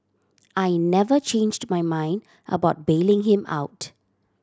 I never changed my mind about bailing him out